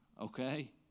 Okay